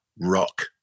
rock